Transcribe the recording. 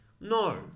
no